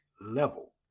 level